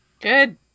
Good